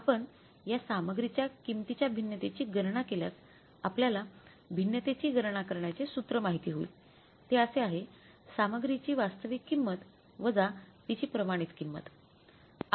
आपण या सामग्रीच्या किमतीच्या भिन्नतेची गणना केल्यास आपल्याला भिन्नतेची गणना करण्याचे सूत्र माहित होईल ते असे आहे सामग्रीची वास्तविक किंमत वजा तिची प्रमाणित किंमत